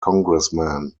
congressmen